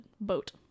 boat